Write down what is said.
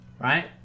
right